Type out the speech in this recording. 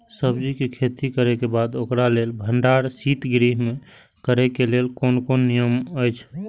सब्जीके खेती करे के बाद ओकरा लेल भण्डार शित गृह में करे के लेल कोन कोन नियम अछि?